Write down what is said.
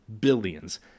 Billions